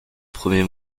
premiers